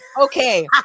Okay